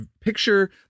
picture